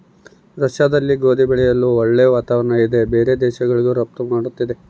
ರಷ್ಯಾದಲ್ಲಿ ಗೋಧಿ ಬೆಳೆಯಲು ಒಳ್ಳೆ ವಾತಾವರಣ ಇದೆ ಬೇರೆ ದೇಶಗಳಿಗೂ ರಫ್ತು ಮಾಡ್ತದೆ